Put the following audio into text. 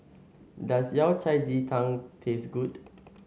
does Yao Cai Ji Tang taste good